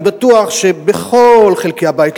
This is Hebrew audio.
אני בטוח שבכל חלקי הבית,